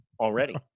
already